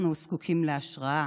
אנחנו זקוקים להשראה,